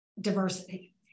diversity